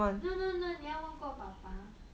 no no no 你要问过爸爸